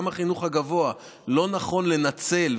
גם את החינוך הגבוה לא נכון לנצל,